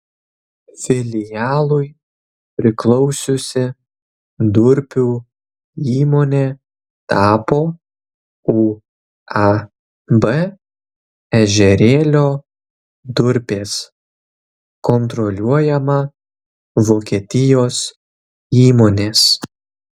filialui priklausiusi durpių įmonė tapo uab ežerėlio durpės kontroliuojama vokietijos įmonės